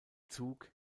zug